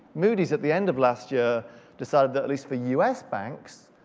moody's at the end of last year decided that at least for us banks,